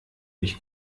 mich